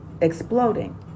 exploding